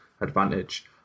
advantage